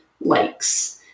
likes